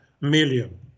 million